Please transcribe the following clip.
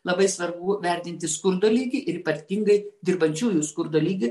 labai svarbu vertinti skurdo lygį ir ypatingai dirbančiųjų skurdo lygį